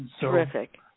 Terrific